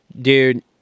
Dude